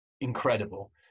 incredible